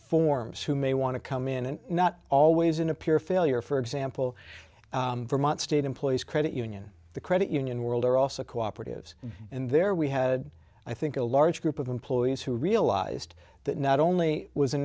forms who may want to come in and not always in a pure failure for example for months state employees credit union the credit union world are also cooperatives and there we had i think a large group of employees who realized that not only was